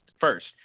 first